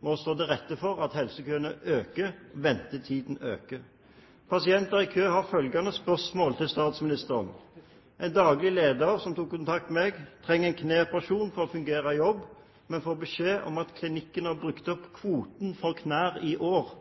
må stå til rette for at helsekøene øker, og at ventetiden øker. En daglig leder som tok kontakt med meg, trenger en kneoperasjon for å fungere i jobb, men fikk beskjed om at klinikken har brukt opp kvoten for knær i år.